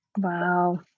Wow